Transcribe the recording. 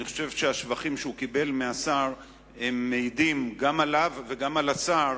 אני חושב שהשבחים שהוא קיבל מהשר מעידים גם עליו וגם על השר,